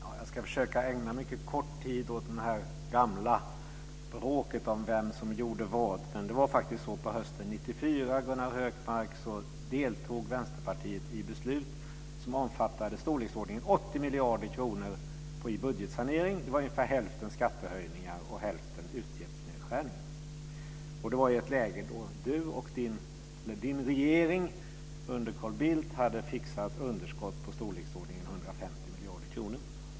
Fru talman! Jag ska försöka ägna mycket kort tid åt det gamla bråket om vem som gjorde vad. Men det var faktiskt så, Gunnar Hökmark, att på hösten 1994 deltog Vänsterpartiet i beslut som omfattade storleksordningen 80 miljarder kronor i budgetsanering. Det var ungefär hälften skattehöjningar och hälften utgiftsnedskärningar. Det var i ett läge då Gunnar Hökmarks regering under Carl Bildt hade fixat underskott i storleksordningen 150 miljarder kronor.